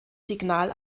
signal